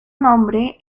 nombre